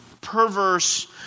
perverse